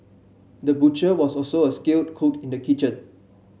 the butcher was also a skilled cook in the kitchen